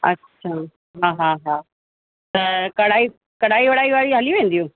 अच्छा हा हा हा त कढ़ाई कढ़ाई वढ़ाई वारी हली वेंदियूं